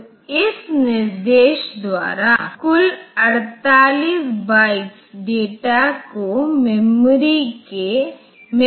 तो इस तरह से मैं इस मल्टीप्लाई एक्यूमिलेट को कर सकता हूं हम इस मल्टीप्लाई एक्यूमिलेट का उपयोग इस गुणन और परिवर्धन को एक साथ करने के लिए कर सकते हैं